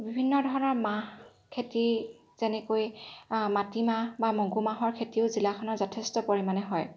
বিভিন্ন ধৰণৰ মাহ খেতি যেনেকৈ মাটি মাহ বা মগু মাহৰ খেতিও জিলাখনত যথেষ্ট পৰিমাণে হয়